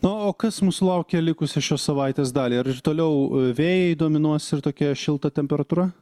na o kas mūsų laukia likusią šios savaitės dalį ar ir toliau vėjai dominuos ir tokia šilta temperatūra